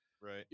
right